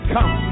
Come